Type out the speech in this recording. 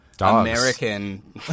American